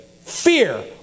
fear